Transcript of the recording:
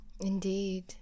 Indeed